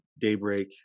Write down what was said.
Daybreak